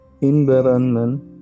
environment